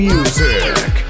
Music